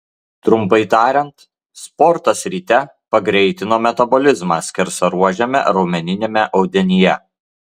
trumpai tariant sportas ryte pagreitino metabolizmą skersaruožiame raumeniniame audinyje